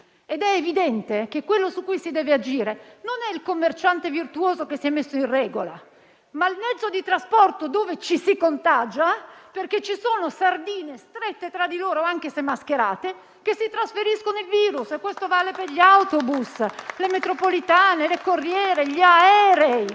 Ed è evidente che quello su cui si deve agire non è il commerciante virtuoso che si è messo in regola, ma il mezzo di trasporto dove ci si contagia perché ci sono "sardine" strette tra di loro - anche se mascherate - che si trasmettono il virus. E questo vale per gli autobus, le metropolitane, le corriere, gli aerei